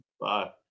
Bye